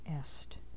est